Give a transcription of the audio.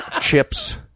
Chips